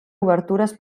obertures